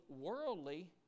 worldly